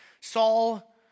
Saul